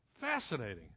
Fascinating